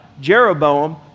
Jeroboam